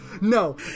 no